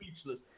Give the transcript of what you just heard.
speechless